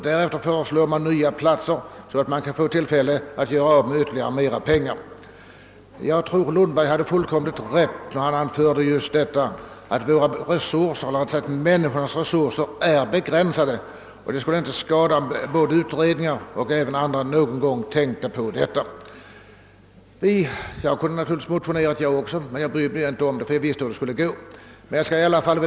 Därför föreslår man i stället nya platser för olika aktiviteter, så att vi får tillfälle att göra av med mer pengar. Jag tror att herr Lundberg hade fullkomligt rätt när han anförde att människornas resurser är begränsade, och det skulle inte skada om utredningar och andra någon gång tänkte på det. Jag kunde naturligtvis också ha motionerat, men jag brydde mig inte om att göra det, ty jag visste hur det skulle gå med motionerna.